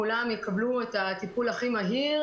כולם יקבלו את הטיפול הכי מהיר,